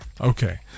Okay